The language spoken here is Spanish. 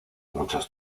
muchos